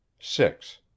Six